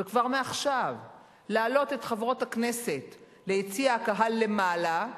וכבר מעכשיו להעלות את חברות הכנסת ליציע הקהל למעלה,